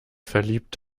verliebt